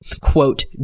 quote